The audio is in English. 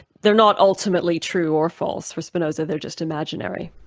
they're not ultimately true or false for spinoza they're just imaginary.